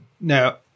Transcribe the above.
now